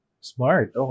Smart